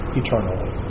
eternally